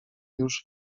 już